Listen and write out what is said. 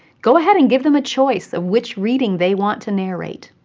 go ahead and give them a choice of which reading they want to narrate.